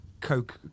Coke